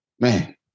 man